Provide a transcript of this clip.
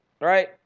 right